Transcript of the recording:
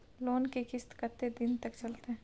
Loan के किस्त कत्ते दिन तक चलते?